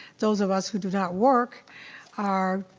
those of us who do not work are,